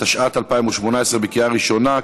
התשע"ט 2018, בקריאה ראשונה.